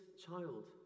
child